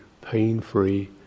pain-free